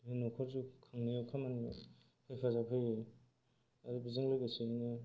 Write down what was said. न'खर जौखांनायनि खामानियाव हेफाजाब होयो आरो बिजों लोगोसे नोङो